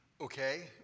Okay